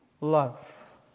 love